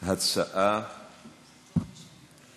הבאות, בנושא: